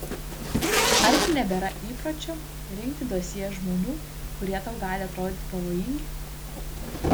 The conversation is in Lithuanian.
argi nebėra įpročio rinkti dosjė žmonių kurie tau gali atrodyti pavojingi